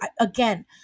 again